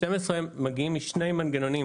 12 מגיעים משני מנגנונים